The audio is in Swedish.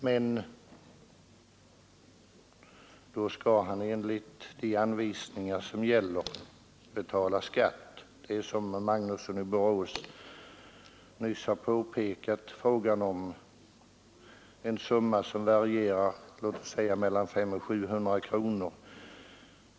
Men då skall han enligt de anvisningar som gäller betala skatt. Det är, som herr Magnusson i Borås nyss har påpekat, fråga om en förmån som värderas till låt oss säga mellan 500 och 700 kronor.